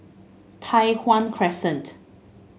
Tai Hwan Crescent